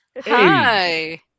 Hi